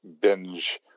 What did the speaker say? binge